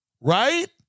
right